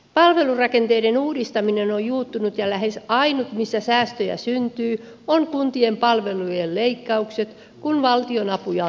palvelurakenteiden uudistaminen on juuttunut ja lähes ainut missä säästöjä syntyy on kuntien palvelujen leikkaukset kun valtionapuja on leikattu